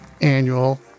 annual